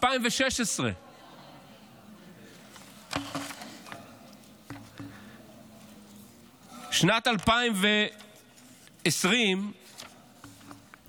2016. בשנת 2020,